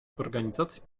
organizacji